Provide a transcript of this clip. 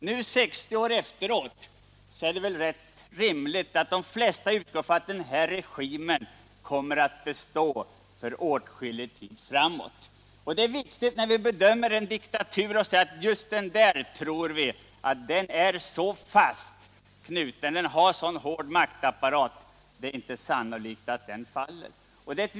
Nu 60 år efteråt är det väl rätt rimligt att de flesta utgår ifrån att denna regim kommer att bestå för åtskillig tid framåt. Vi bedömer en diktatur och tror att just den är så fast knuten och har så hård maktapparat att det är osannolikt att den faller.